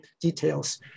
details